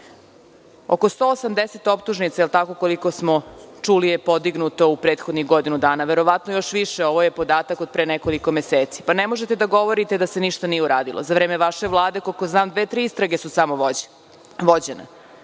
Oko 180 optužnica koliko smo čuli je podignuto u prethodnih godinu i po dana, verovatno i više, jer ovo je podatak od pre nekoliko meseci i ne možete da govorite da se ništa nije uradilo.Za vreme vaše vlade, koliko znam, dve ili tri istrage su samo vođene.